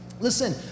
Listen